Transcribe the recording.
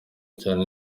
cyane